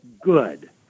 good